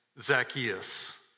Zacchaeus